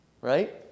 Right